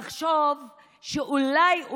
אני רק, לצופים שעוקבים אחרינו,